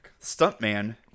Stuntman